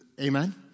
Amen